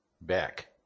back